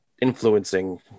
influencing